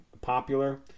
popular